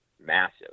massive